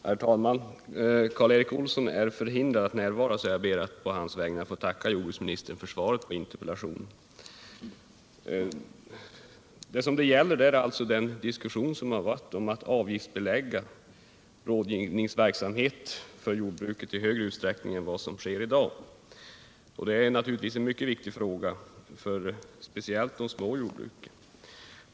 Herr talman! Karl Erik Olsson är förhindrad att närvara, så jag ber att på hans vägnar få tacka jordbruksministern för svaret på interpellationen. 23 Interpellationen gäller ju den diskussion som förts om att avgiftsbelägga rådgivningsverksamhet för jordbruket i större utsträckning än vad som sker i dag. Det är naturligtvis en mycket viktig fråga för speciellt de små jordbruken.